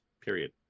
Period